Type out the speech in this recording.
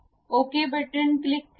okay click करा